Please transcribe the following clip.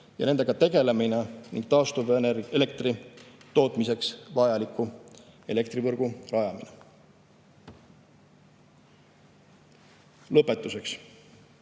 ja nendega tegelemine ning taastuvelektri tootmiseks vajaliku elektrivõrgu rajamine. Lõpetuseks.